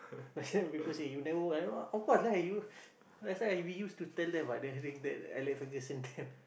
last time people say you never of course lah you last time we used tell them [what] Alex-Ferguson time